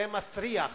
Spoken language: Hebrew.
זה מסריח,